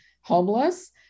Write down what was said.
homeless